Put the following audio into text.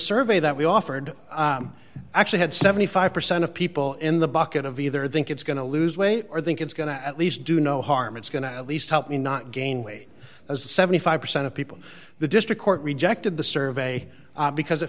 survey that we offered actually had seventy five percent of people in the bucket of either think it's going to lose weight or think it's going to at least do no harm it's going to at least help you not gain weight as a seventy five percent of people the district court rejected the survey because i